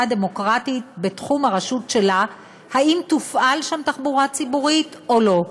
דמוקרטית בתחומה אם תופעל שם תחבורה ציבורית או לא.